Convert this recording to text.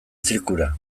zirkura